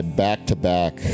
back-to-back